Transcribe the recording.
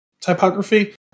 typography